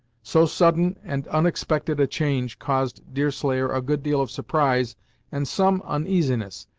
so sudden and unexpected a change caused deerslayer a good deal of surprise and some uneasiness,